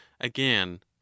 again